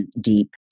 deep